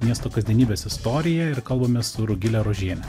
miesto kasdienybės istoriją ir kalbamės su rugile rožiene